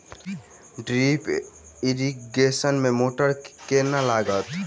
Drip irrigation मे motor केँ लागतै?